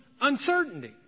uncertainty